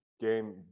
game